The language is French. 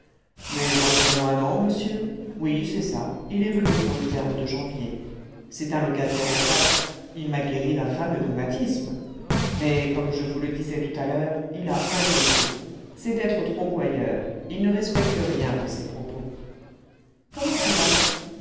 mais environ un an monsieur oui c'est ça il est venu pour le terme de janvier c'est un locataire exact il m'a guéri d'un fameux rhumatisme mais comme je vous le disais tout à l'heure il a un défaut c'est d'être trop gouailleur il ne respecte rien dans ses propos comment cela